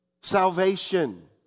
salvation